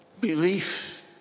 belief